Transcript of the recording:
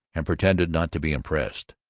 and pretended not to be impressed.